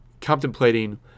contemplating